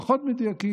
פחות מדויק,